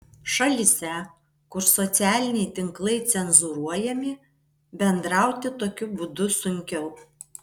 šalyse kur socialiniai tinklai cenzūruojami bendrauti tokiu būdu sunkiau